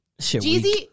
Jeezy